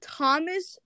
Thomas